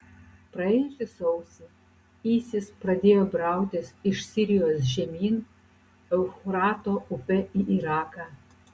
praėjusį sausį isis pradėjo brautis iš sirijos žemyn eufrato upe į iraką